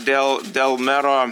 dėl dėl mero